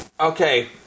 Okay